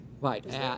Right